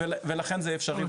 ולכן זה אפשרי בארץ.